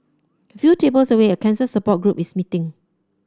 a few tables away a cancer support group is meeting